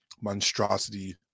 monstrosity